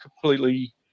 completely